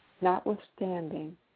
Notwithstanding